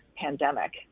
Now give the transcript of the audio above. pandemic